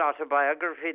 autobiography